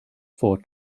for